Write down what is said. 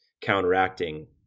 counteracting